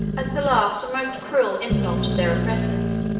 as the last and most cruel insult of their oppressors.